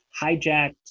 hijacked